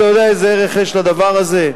אתה יודע איזה ערך יש לדבר הזה?